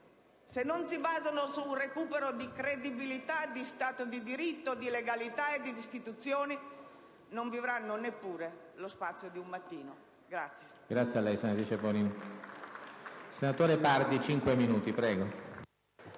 se non si basano su un recupero di credibilità, di Stato di diritto, di legalità e di istituzioni, non vivranno neppure lo spazio di un mattino.